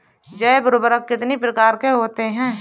जैव उर्वरक कितनी प्रकार के होते हैं?